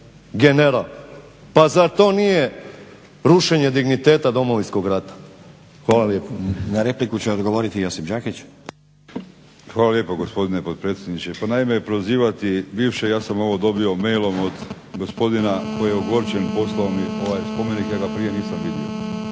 general, pa zar to nije rušenje digniteta Domovinskog rata. Hvala lijepo. **Stazić, Nenad (SDP)** Na repliku će odgovoriti Josip Đakić. **Đakić, Josip (HDZ)** Hvala lijepo, gospodine potpredsjedniče. Pa naime prozivati bivše, ja sam ovo dobio mailom od gospodina koji je ogorčen poslao mi ovaj spomenik, ja ga prije nisam vidio.